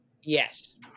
Yes